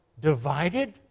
divided